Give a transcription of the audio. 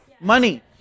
Money